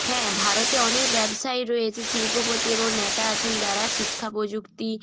হ্যাঁ ভারতে অনেক ব্যবসায়ী রয়েছে শিল্পপতি এবং নেতা আছেন যারা শিক্ষা প্রযুক্তি